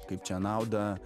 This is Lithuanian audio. kaip čia naudą